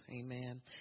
amen